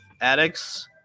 addicts